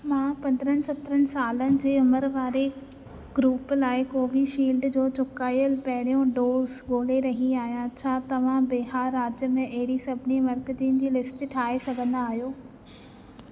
मां पंद्रहनि सत्रहनि साल जी उमिरि वारे ग्रूप लाइ कोवीशील्ड जो चुकाइल पहिरियों डोज़ ॻोल्हे रही आहियां छा तव्हां बिहार राज्य में अहिड़ी सभिनी मर्कज़नि जी हिकु लिस्टु ठाहे सघिंदा आहियो